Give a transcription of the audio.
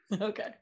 Okay